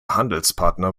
handelspartner